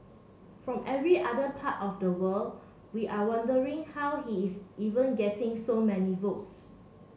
from every other part of the world we are wondering how he is even getting so many votes